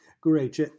Great